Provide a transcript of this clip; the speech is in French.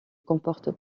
comporte